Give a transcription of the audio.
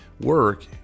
Work